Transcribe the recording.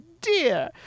dear